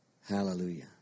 Hallelujah